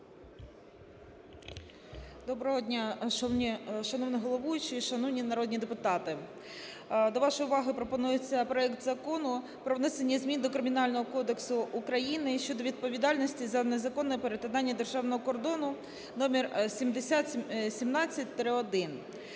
Доброго дня, шановний головуючий, шановні народні депутати. До вашої уваги пропонується проект Закону про внесення зміни до Кримінального кодексу України щодо відповідальності за незаконне перетинання державного кордону (№ 7017-1),